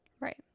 Right